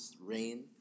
rain